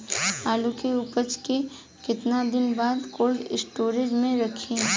आलू के उपज के कितना दिन बाद कोल्ड स्टोरेज मे रखी?